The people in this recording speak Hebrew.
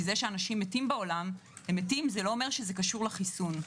זה שאנשים מתים בעולם זה לא אומר שזה קשור לחיסון.